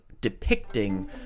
depicting